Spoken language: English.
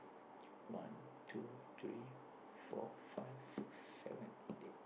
one two three four five six seven eight